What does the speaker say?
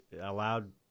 allowed